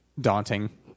Daunting